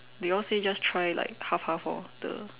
they all said just try like half half orh the